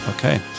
okay